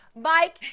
Mike